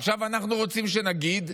עכשיו אנחנו רוצים שנגיד,